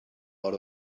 out